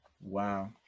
Wow